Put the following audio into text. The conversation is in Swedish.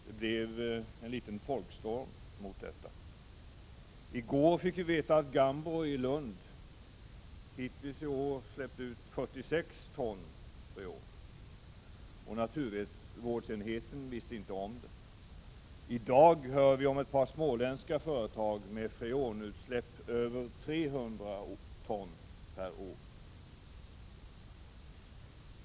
Det blev en liten folkstorm mot detta. I går fick vi veta att Gambro i Lund hittills i år har släppt ut 46 ton freon — och naturvårdsenheten visste inte om det! I dag hör vi att ett par småländska företag har freonutsläpp på över 300 ton per år.